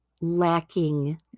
lacking